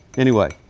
anyway.